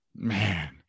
man